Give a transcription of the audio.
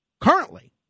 currently